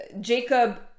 Jacob